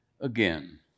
Again